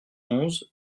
onze